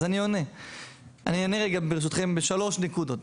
הבנתי, אני עונה ברשותכם בשלוש נקודות.